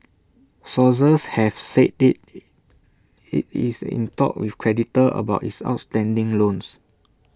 sources have said IT it is in talks with creditors about its outstanding loans